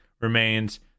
remains